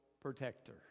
protector